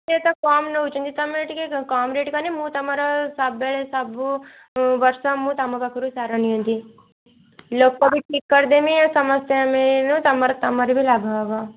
ସେ ତ କମ୍ ନଉଛନ୍ତି ତମେ ଟିକିଏ କମ୍ ରେଟ୍ କନେ ମୁଁ ତମର ସବୁବେଳେ ସବୁ ଉ ବର୍ଷ ମୁଁ ତମ ପାଖରୁ ସାର ନିଅନ୍ତି ଲୋକ ବି ଠିକ୍ କରିଦେମି ଆଉ ଆମେ ସମସ୍ତେ ନବୁ ତମର ତମର ବି ଲାଭ ହବ